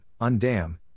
undam